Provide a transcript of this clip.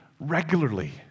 regularly